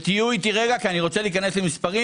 תהיו איתי רגע כי אני רוצה להיכנס למספרים.